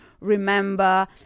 remember